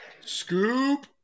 Scoop